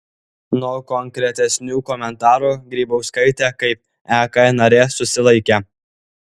nuo konkretesnių komentarų grybauskaitė kaip ek narė susilaikė